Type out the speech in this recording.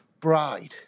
bride